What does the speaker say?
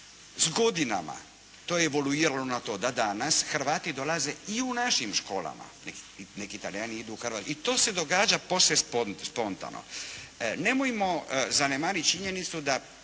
S godinama to je voluiralo na to da danas Hrvati dolaze i u našim školama, neki Talijani idu u hrvatske i to se događa posve spontano. Nemojmo zanemariti činjenicu da